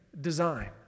design